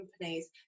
companies